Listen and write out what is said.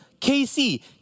KC